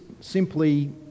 simply